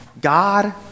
God